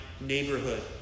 neighborhood